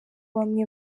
bamwe